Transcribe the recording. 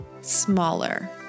smaller